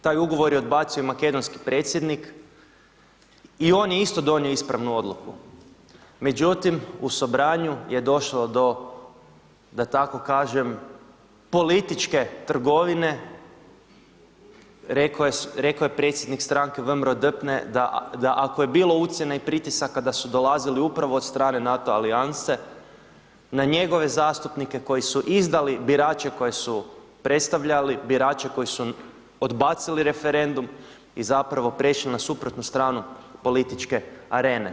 Taj ugovor je odbacio i makedonski predsjednik i on je isto donio ispravnu odluku međutim u Sobranju je došlo do da tako kažem političke trgovine, rekao je predsjednik stranke VMRO DPMNE da ako je bilo ucjena i pritisaka da su dolazili upravo od strane NATO Alijanse, na njegove zastupnike koji su izdali birače koje su predstavljali, birače koji su odbacili referendum i zapravo prešli na suprotnu stranu političke arene.